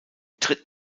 dritten